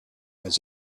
was